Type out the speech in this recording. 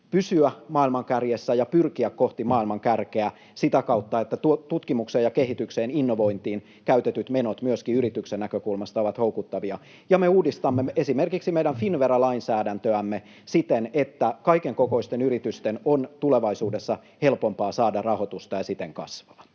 pysyä maailman kärjessä ja pyrkiä kohti maailman kärkeä sitä kautta, että tutkimukseen, kehitykseen ja innovointiin käytetyt menot myöskin yritysten näkökulmasta ovat houkuttavia, ja me uudistamme esimerkiksi meidän Finnvera-lainsäädäntöämme siten, että kaikenkokoisten yritysten on tulevaisuudessa helpompaa saada rahoitusta ja siten kasvaa.